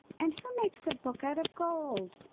and who makes a book out of gold?